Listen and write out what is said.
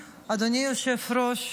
היושב-ראש,